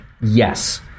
Yes